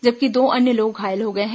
जबकि दो अन्य लोग घायल हो गए हैं